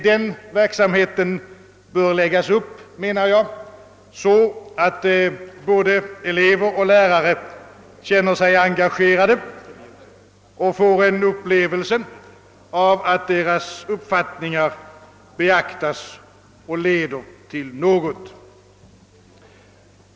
Den verksamheten bör läggas upp så, menar jag, att såväl elever som lärare känner sig engagerade och får en känsla av att deras uppfattningar beaktas och leder till något resultat.